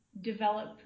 develop